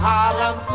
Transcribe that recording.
Harlem